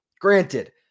granted